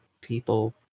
people